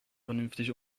vernünftig